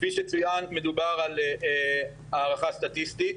כפי שציינת, מדובר על הערכה סטטיסטית,